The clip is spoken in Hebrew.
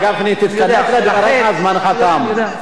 הרב גפני תתקדם, זמנך תם.